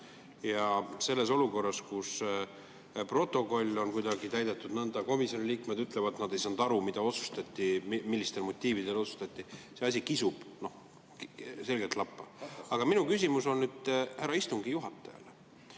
ja selles olukorras, kus protokoll on kuidagi koostatud, komisjoni liikmed ütlevad, et nad ei saanud aru, mida otsustati ja millistel motiividel otsustati, see asi kisub selgelt lappama. Aga minu küsimus on härra istungi juhatajale.